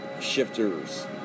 shifters